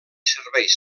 serveis